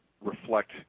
reflect